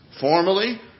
formally